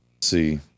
See